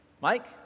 Mike